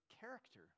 character